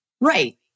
right